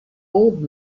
old